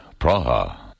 Praha